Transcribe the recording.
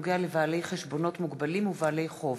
הוראות בנק ישראל בנוגע לבעלי חשבונות מוגבלים ובעלי חוב.